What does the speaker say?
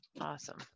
Awesome